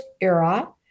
era